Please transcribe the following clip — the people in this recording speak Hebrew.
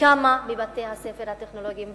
בכמה מבתי-הספר הטכנולוגיים,